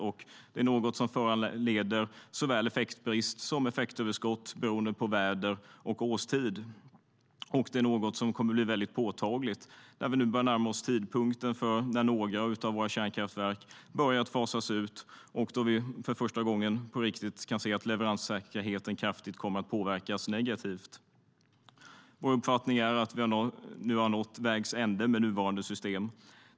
Det är något som föranleder såväl effektbrist som effektöverskott beroende på väder och årstid. Detta kommer att bli påtagligt när vi närmar oss tidpunkten för när några av våra kärnkraftverk ska fasas ut och vi för första gången på riktigt kan se att leveranssäkerheten kommer att påverkas kraftigt negativt. Vår uppfattning är att vi har nått vägs ände med nuvarande system.